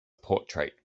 portrait